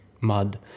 mud